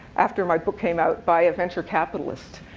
after my book came out, by a venture capitalist.